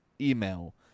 email